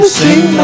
sing